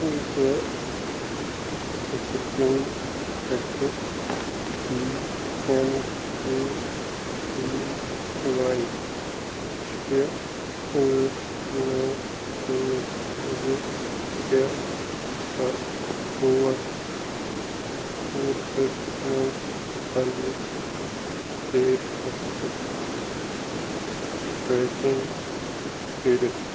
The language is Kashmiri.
بہٕ کِتھ کٔنۍ ہٮ۪کہٕ پی اٮ۪م جی وی واے شےٚ ٲٹھ نَو ٲٹھ زٕ شےٚ سَتھ ژور کورسَس منٛز پَنٛنہِ پیش رفتہٕ ٹرٛیکِنٛگ کٔرِتھ